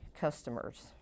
customers